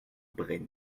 bren